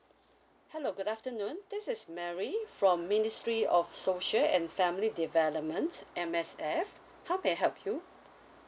hello good afternoon this is mary from ministry of social and family development M_S_F how may I help you